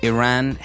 Iran